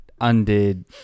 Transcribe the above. undid